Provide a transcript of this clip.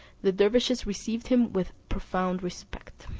the dervises received him with profound respect.